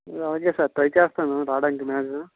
okay sir try చేస్తాను రావటానికి maximum